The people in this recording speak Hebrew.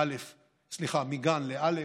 מגן לא',